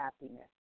happiness